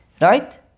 right